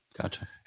Gotcha